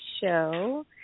show